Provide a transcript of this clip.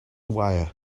wire